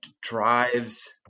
drives